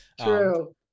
True